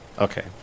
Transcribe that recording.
Okay